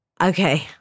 okay